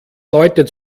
leute